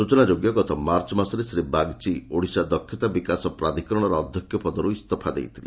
ସୂଚନା ଯୋଗ୍ୟ ଗତ ମାର୍ଚ୍ଚ ମାସରେ ଶ୍ରୀ ବାଗ୍ଚି ଓଡ଼ିଶା ଦକ୍ଷତା ବିକାଶ ପ୍ରାଧିକରଣର ଅଧ୍ଧକ୍ଷ ପଦରୁ ଇସ୍ତଫା ଦେଇଥିଲେ